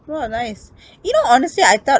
!wah! nice you know honestly I thought